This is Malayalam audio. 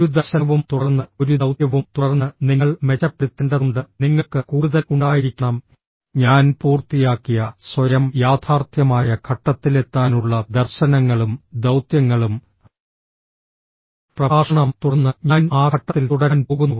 ഒരു ദർശനവും തുടർന്ന് ഒരു ദൌത്യവും തുടർന്ന് നിങ്ങൾ മെച്ചപ്പെടുത്തേണ്ടതുണ്ട് നിങ്ങൾക്ക് കൂടുതൽ ഉണ്ടായിരിക്കണം ഞാൻ പൂർത്തിയാക്കിയ സ്വയം യാഥാർത്ഥ്യമായ ഘട്ടത്തിലെത്താനുള്ള ദർശനങ്ങളും ദൌത്യങ്ങളും പ്രഭാഷണം തുടർന്ന് ഞാൻ ആ ഘട്ടത്തിൽ തുടരാൻ പോകുന്നു